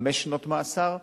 חמש שנות מאסר.